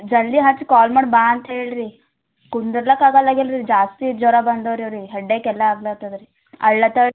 ಜಲ್ದಿ ಹೆಚ್ ಕಾಲ್ ಮಾಡು ಬಾ ಅಂತ ಹೇಳ್ರೀ ಕುಂದರ್ಲಾಕ್ ಆಗಲ್ಲಾಗ್ಯಾಳ ರೀ ಜಾಸ್ತಿ ಜ್ವರ ಬಂದವ್ರಿ ಅವ್ರಿಗೆ ಹೆಡೇಕ್ ಎಲ್ಲಆಗ್ಲಾತದ ರೀ ಅಳ್ಲತಳ